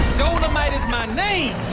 dolemite is my name!